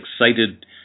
excited